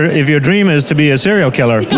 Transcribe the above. if your dream is to be a serial killer,